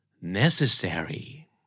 necessary